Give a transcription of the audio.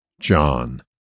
John